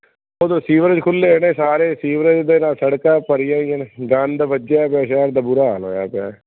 ਓਧਰੋਂ ਸੀਵਰੇਜ ਖੁੱਲ੍ਹੇ ਨੇ ਸਾਰੇ ਸੀਵਰੇਜ ਦੇ ਨਾਲ ਸੜਕਾਂ ਭਰੀਆਂ ਹੋਈਆਂ ਨੇ ਗੰਦ ਵੱਜਿਆ ਪਿਆ ਸ਼ਹਿਰ ਦਾ ਬੁਰਾ ਹਾਲ ਹੋਇਆ ਪਿਆ